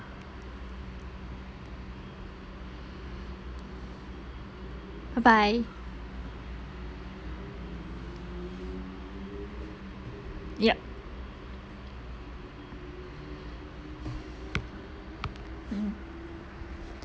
bye bye yup mm